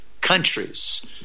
countries